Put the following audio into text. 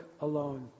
alone